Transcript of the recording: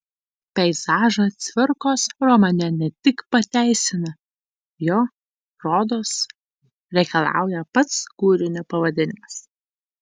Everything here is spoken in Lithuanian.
peizažą cvirkos romane ne tik pateisina jo rodos reikalauja pats kūrinio pavadinimas